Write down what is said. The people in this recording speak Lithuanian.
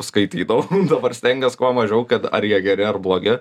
skaitydavau dabar stengiuos kuo mažiau kad ar jie geri ar blogi